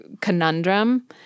conundrum